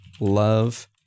love